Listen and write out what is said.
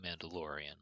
Mandalorian